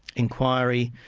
inquiry,